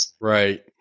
Right